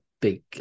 big